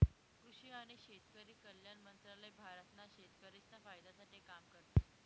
कृषि आणि शेतकरी कल्याण मंत्रालय भारत ना शेतकरिसना फायदा साठे काम करतस